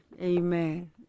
Amen